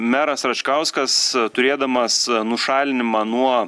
meras račkauskas turėdamas nušalinimą nuo